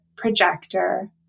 projector